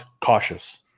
cautious